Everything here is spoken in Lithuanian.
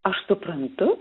aš suprantu